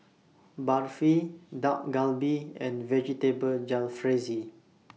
Barfi Dak Galbi and Vegetable Jalfrezi